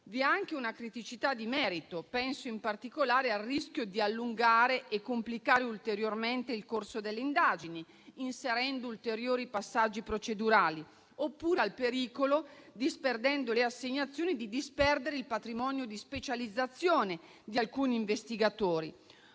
Ve n'è anche una di merito: penso in particolare al rischio di allungare e complicare ulteriormente il corso delle indagini, inserendo ulteriori passaggi procedurali, oppure al pericolo, disperdendo le assegnazioni, di disperdere il patrimonio di specializzazione di alcuni investigatori.